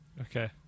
Okay